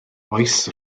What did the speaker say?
oes